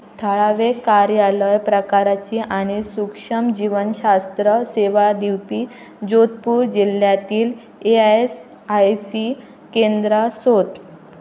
थळावे कार्यालय प्रकाराचीं आनी सुक्षीम जिवनशास्त्र सेवा दिवपी जोधपूर जिल्ल्यांतलीं ए ऍस आय सी केंद्रां सोद